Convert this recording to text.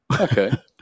Okay